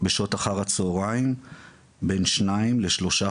בשעות אחר הצהריים בין שניים לשלושה